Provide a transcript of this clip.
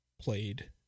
played